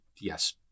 Yes